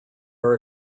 are